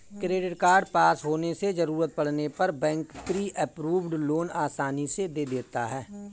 credit card पास होने से जरूरत पड़ने पर बैंक प्री अप्रूव्ड लोन आसानी से दे देता है